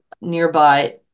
nearby